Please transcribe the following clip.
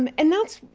um and that's